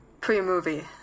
Pre-movie